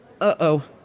Uh-oh